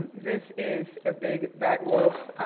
this is a big bad wolf